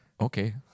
Okay